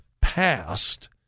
passed